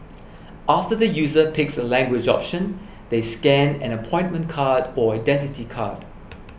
after the user picks a language option they scan an appointment card or Identity Card